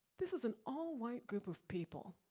this is an all-white group of people,